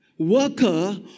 Worker